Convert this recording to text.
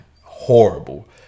horrible